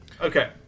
Okay